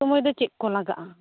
ᱥᱳᱢᱚᱭ ᱫᱚ ᱪᱮᱫ ᱠᱚ ᱞᱟᱜᱟᱜᱼᱟ